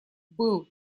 был